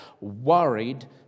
worried